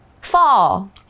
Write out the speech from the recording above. Fall